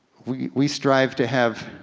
we we strive to have